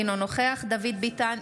אינו נוכח דוד ביטן,